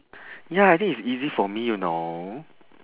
ya I think it's easy for me you know